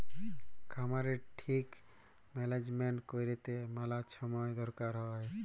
খামারের ঠিক ম্যালেজমেল্ট ক্যইরতে ম্যালা ছময় দরকার হ্যয়